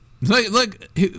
Look